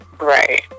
Right